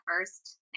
first